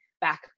back